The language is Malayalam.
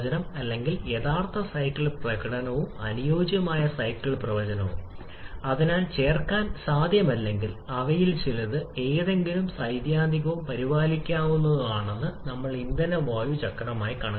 അതിനാൽ പ്രാഥമികമായി ബാധിക്കുന്ന നാല് ഘടകങ്ങൾ ഇവയാണ് എഞ്ചിനുകളുടെ അനുയോജ്യമായ ചക്രങ്ങളുടെ പ്രകടനം നിങ്ങൾ കണക്കിലെടുക്കുന്ന നാല് ഘടകങ്ങൾ ഇവയാണ് ഇന്ധന വായു ചക്രങ്ങളുടെ കാര്യത്തിൽ